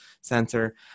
Center